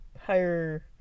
higher